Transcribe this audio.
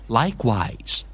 likewise